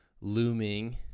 looming